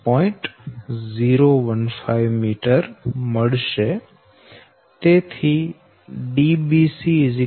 015 m અને Dbc Dab 6